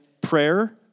prayer